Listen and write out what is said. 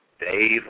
Dave